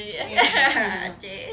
eh ya (uh huh)